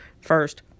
First